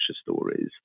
stories